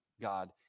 God